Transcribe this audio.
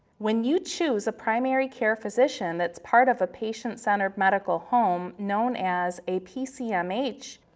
when you choose a primary care physician that's part of a patient-centered medical home, known as a pcmh,